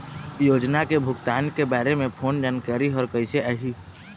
योजना के भुगतान के बारे मे फोन जानकारी हर कइसे आही?